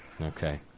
Okay